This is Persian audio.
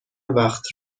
وقت